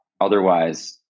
otherwise